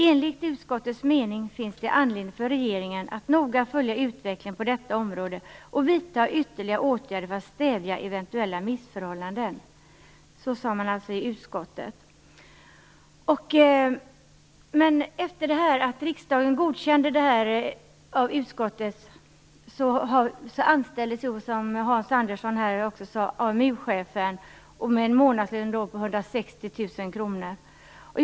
Enligt utskottets mening fanns det anledning för regeringen att noga följa utvecklingen på detta område och vidta ytterligare åtgärder för att stävja eventuella missförhållanden. Så sade man i utskottet då. Efter det att riksdagen godkände detta anställdes, som Hans Andersson nämnde, AMU-chefen med en månadslön på 160 000 kr.